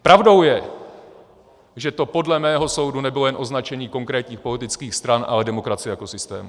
Pravdou je, že to podle mého soudu nebylo jen označení konkrétních politických stran, ale demokracie jako systému.